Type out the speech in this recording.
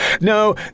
No